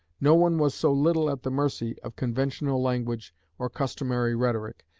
no one was so little at the mercy of conventional language or customary rhetoric,